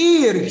ir